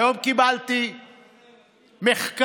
היום קיבלתי מחקר,